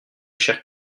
chers